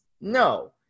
No